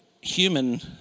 human